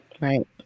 Right